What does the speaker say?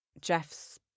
Jeff's